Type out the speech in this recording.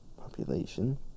population